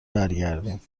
برگردیم